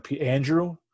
Andrew